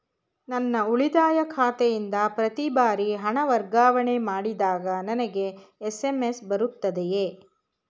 ನನ್ನ ಉಳಿತಾಯ ಖಾತೆಯಿಂದ ಪ್ರತಿ ಬಾರಿ ಹಣ ವರ್ಗಾವಣೆ ಮಾಡಿದಾಗ ನನಗೆ ಎಸ್.ಎಂ.ಎಸ್ ಬರುತ್ತದೆಯೇ?